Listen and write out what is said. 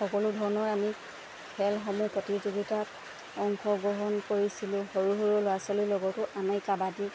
সকলো ধৰণৰ আমি খেলসমূহ প্ৰতিযোগিতাত অংশগ্ৰহণ কৰিছিলোঁ সৰু সৰু ল'ৰা ছোৱালীৰ লগতো আমি কাবাডী